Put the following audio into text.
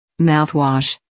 Mouthwash